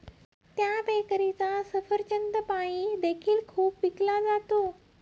त्या बेकरीचा सफरचंद पाई देखील खूप विकला जातो